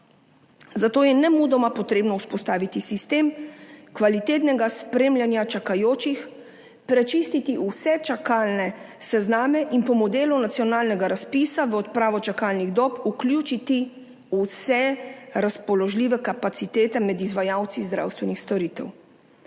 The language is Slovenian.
Zato je nemudoma treba vzpostaviti sistem kvalitetnega spremljanja čakajočih, prečistiti vse čakalne sezname in po modelu nacionalnega razpisa v odpravo čakalnih dob vključiti vse razpoložljive kapacitete med izvajalci zdravstvenih storitev.